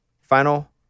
Final